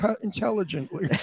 intelligently